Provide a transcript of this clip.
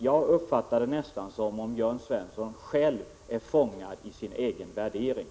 Jag uppfattar det nästan som att Jörn Svensson är fångad i sin egen värdering.